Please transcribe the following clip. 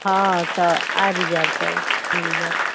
हँ तऽ आबि जायब तब मिल जायत